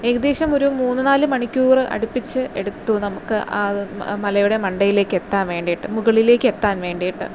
ഏകദേശം ഒരു മൂന്നു നാല് മണിക്കൂർ അടുപ്പിച്ചെടുത്തു നമുക്ക് ആ മലയുടെ മണ്ടയിലേക്ക് എത്താൻ വേണ്ടിയിട്ട് മുകളിലേക്ക് എത്താൻ വേണ്ടിയിട്ട്